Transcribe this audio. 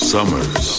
Summers